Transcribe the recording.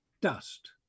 dust